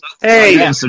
hey